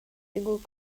single